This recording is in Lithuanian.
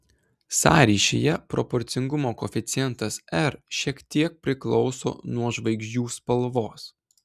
sąryšyje proporcingumo koeficientas r šiek tiek priklauso nuo žvaigždžių spalvos